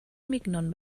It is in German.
mignon